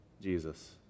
Jesus